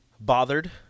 Bothered